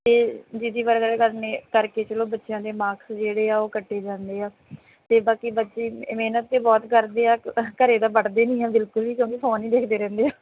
ਅਤੇ ਜਿਹਦੀ ਵਜ੍ਹਾ ਕਰਨੇ ਕਰਕੇ ਚਲੋ ਬੱਚਿਆਂ ਦੇ ਮਾਰਕਸ ਜਿਹੜੇ ਆ ਉਹ ਕੱਟੇ ਜਾਂਦੇ ਆ ਅਤੇ ਬਾਕੀ ਬੱਚੇ ਮਿਹਨਤ ਤਾਂ ਬਹੁਤ ਕਰਦੇ ਆ ਘਰ ਤਾਂ ਪੜ੍ਹਦੇ ਨਹੀਂ ਆ ਬਿਲਕੁਲ ਨਹੀਂ ਕਿਉਂਕਿ ਫੋਨ ਹੀ ਦੇਖਦੇ ਰਹਿੰਦੇ ਆ